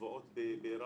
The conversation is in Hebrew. שבועות ברמלה.